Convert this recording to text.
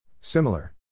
Similar